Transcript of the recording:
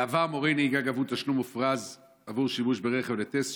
בעבר מורי נהיגה גבו תשלום מופרז עבור שימוש ברכב לטסט,